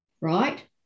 right